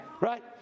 Right